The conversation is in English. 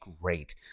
great